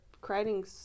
creating